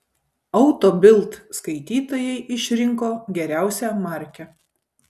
auto bild skaitytojai išrinko geriausią markę